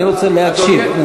אני רוצה להקשיב.